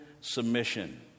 submission